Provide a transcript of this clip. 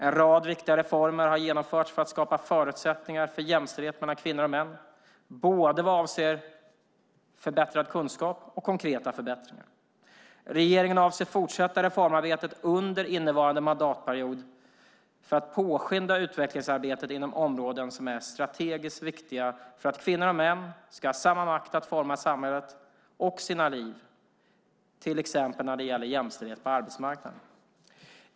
En rad viktiga reformer har genomförts för att skapa förutsättningar för jämställdhet mellan kvinnor och män vad avser både förbättrad kunskap och konkreta förbättringar. Regeringen avser att fortsätta reformarbetet under innevarande mandatperiod för att påskynda utvecklingsarbetet inom områden som är strategiskt viktiga för att kvinnor och män ska ha samma makt att forma samhället och sina egna liv, till exempel när det gäller jämställdhet på arbetsmarknaden.